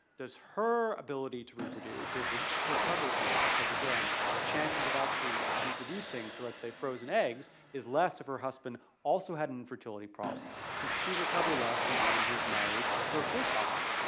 does her ability to reproduce to recover here because again the chances of actually reproducing for let's say frozen eggs is less of her husband also had an infertility problem, should she recover less than one who is married to her fertile man?